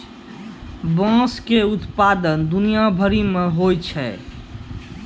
बाँस के उत्पादन दुनिया भरि मे होय छै